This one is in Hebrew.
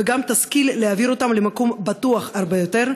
וגם להעביר אותם למקום בטוח הרבה יותר.